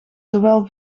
zowel